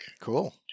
Cool